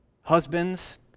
husbands